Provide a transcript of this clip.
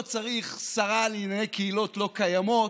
לא צריך שרה לענייני קהילות לא קיימות,